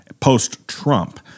post-Trump